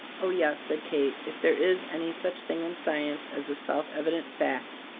oh, yes, said kate. if there is any such thing in science as a self-evident fact,